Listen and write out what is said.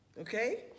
Okay